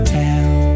town